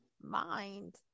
mind